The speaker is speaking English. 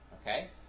Okay